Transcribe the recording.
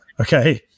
okay